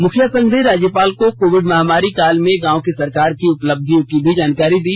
मुखिया संघ ने राज्यपाल को कोविड महामारी काल में गांव की सरकार की उपलब्धियों की भी जानकारी दी